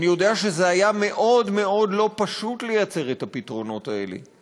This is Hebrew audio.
אני יודע שזה היה מאוד מאוד לא פשוט לייצר את הפתרונות האלה,